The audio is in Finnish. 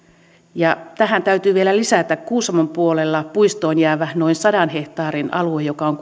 tähän täytyy vielä lisätä kuusamon puolella puistoon jäävä noin sadan hehtaarin alue joka on